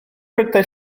prydau